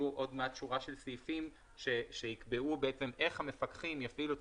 יהיו עוד מעט שורה של סעיפים שיקבעו איך המפקחים יפעילו את